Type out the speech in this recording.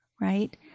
right